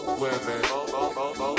Women